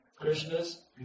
Krishna's